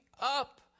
up